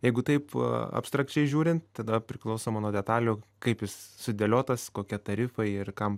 jeigu taip abstrakčiai žiūrint tada priklausoma nuo detalių kaip jis sudėliotas kokie tarifai ir kam